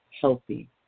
healthy